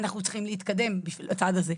אנחנו צריכים להתקדם בשביל הצעד הזה.